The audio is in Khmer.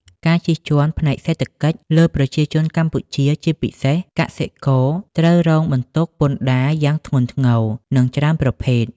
ការជិះជាន់ផ្នែកសេដ្ឋកិច្ច លើប្រជាជនកម្ពុជា ជាពិសេស កសិករ ត្រូវរងបន្ទុកពន្ធដារយ៉ាងធ្ងន់ធ្ងរ និងច្រើនប្រភេទ។